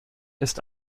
ist